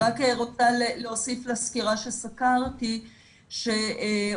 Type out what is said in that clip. אני רק רוצה להוסיף לסקירה שסקרתי שאמנם